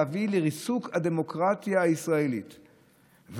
להביא לריסוק הדמוקרטיה הישראלית,